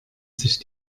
sich